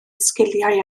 sgiliau